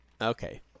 Okay